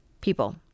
People